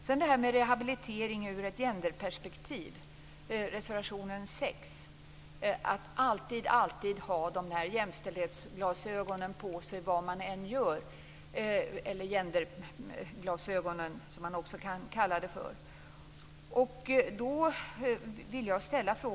Sedan går jag till rehabilitering ur ett genderperspektiv - reservation 6. Man skall alltid ha jämställdhetsglasögonen eller gender-glasögonen, som man också kan kalla det, på sig vad man än gör.